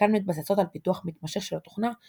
חלקן מתבססות על פיתוח מתמשך של התוכנה,